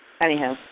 Anyhow